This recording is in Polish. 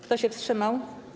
Kto się wstrzymał?